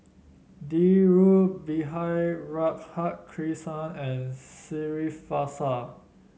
Dhirubhai Radhakrishnan and Srinivasa